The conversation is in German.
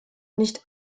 nicht